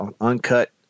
uncut